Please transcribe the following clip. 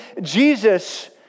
Jesus